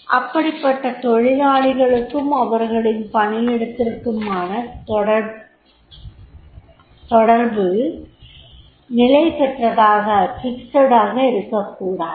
அப்படிப்பட்ட தொழிலாளிகளுக்கும் அவர்களின் பணிக்குமிடையிலான தொடர்பு நிலைப்பெற்றதாக இருக்கக் கூடாது